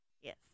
Yes